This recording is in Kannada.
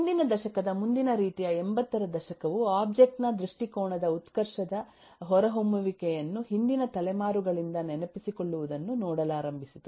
ಮುಂದಿನ ದಶಕದ ಮುಂದಿನ ರೀತಿಯ 80 ರದಶಕವು ಒಬ್ಜೆಕ್ಟ್ ನ ದೃಷ್ಟಿಕೋನದ ಉತ್ಕರ್ಷದ ಹೊರಹೊಮ್ಮುವಿಕೆಯನ್ನು ಹಿಂದಿನ ತಲೆಮಾರುಗಳಿಂದ ನೆನಪಿಸಿಕೊಳ್ಳುವುದನ್ನು ನೋಡಲಾರಂಭಿಸಿತು